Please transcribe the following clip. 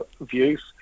views